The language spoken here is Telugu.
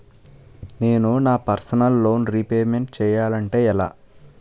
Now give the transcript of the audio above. నేను నా పర్సనల్ లోన్ రీపేమెంట్ చేయాలంటే ఎలా?